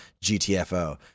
GTFO